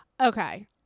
Okay